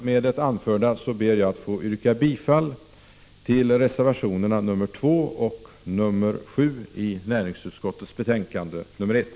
Med det anförda ber jag att få yrka bifall till reservationerna nr 2 och nr 7 vid näringsutskottets betänkande nr 1.